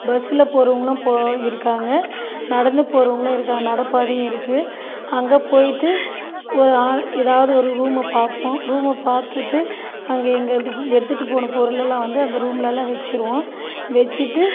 பஸ்ஸில் போகறவங்கள்லாம் போ இருக்காங்க நடந்து போகறவங்களும் இருக்கா நடை பாதையும் இருக்கு அங்கே போய்விட்டு ஓ ஆ எதாவது ஒரு ரூமை பார்ப்போம் ரூமை பார்த்துட்டு அங்கே எங்கள்து பு எடுத்துகிட்டு போன பொருளலாம் வந்து அந்த ரூம்லலாம் வச்சிருவோம் வச்சிட்டு